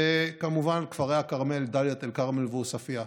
וכמובן כפרי הכרמל, דאלית אל-כרמל ועוספיא.